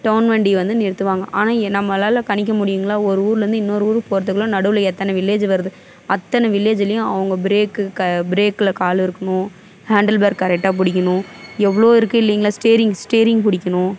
down வண்டி வந்து நிறுத்துவாங்க ஆனால் ஏ நம்மளால் கணிக்க முடியுங்களா ஒரு ஊரிலேருந்து இன்னொரு ஊருக்கு போவதுக்குள்ள நடுவில் எத்தனை வில்லேஜு வருது அத்தனை வில்லேஜுலேயும் அவங்க பிரேக்கு க பிரேக்கில் கால் இருக்கணும் ஹேண்டில் பார் கரெக்டாக பிடிக்கிணும் எவ்வளோ இருக்குது இல்லீங்களா ஸ்டேரிங் ஸ்டேரிங் பிடிக்கிணும்